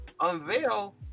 unveil